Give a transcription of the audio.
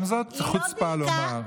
גם זאת חוצפה לומר,